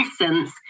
essence